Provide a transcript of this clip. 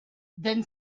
then